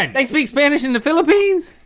and they speak spanish in the philippines?